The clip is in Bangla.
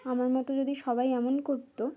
আমার মতো যদি সবাই এমন করত